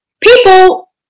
People